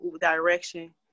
direction